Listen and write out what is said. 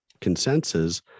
consensus